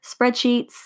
spreadsheets